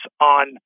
on